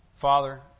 Father